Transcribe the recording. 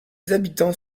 habitants